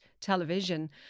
television